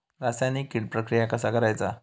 रासायनिक कीड प्रक्रिया कसा करायचा?